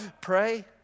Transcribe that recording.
pray